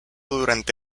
durante